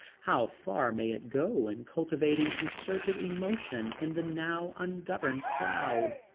how far may it go in cultivating concerted emotion in the now ungoverned crowd?